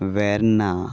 Verna